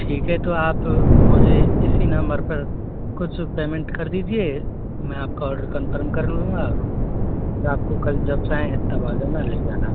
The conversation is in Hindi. ठीक है तो आप मुझे इसी नंबर पर कुछ पेमेंट कर दीजिए मैं आपका आर्डर कन्फर्म कर लूँगा और आपको कल जब चाहें तब आ जाना ले जाना